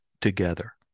together